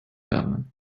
lernen